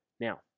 Now